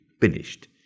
finished